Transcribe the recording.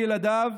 לילדיו,